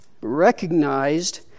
recognized